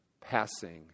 passing